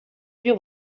più